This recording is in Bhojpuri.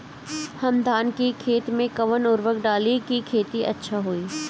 हम धान के खेत में कवन उर्वरक डाली कि खेती अच्छा होई?